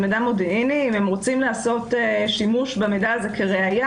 ואם הם רוצים לעשות שימוש במידע הזה כראיה,